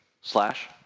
slash